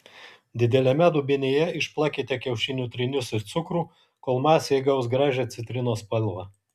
dideliame dubenyje išplakite kiaušinių trynius ir cukrų kol masė įgaus gražią citrinos spalvą